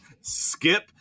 skip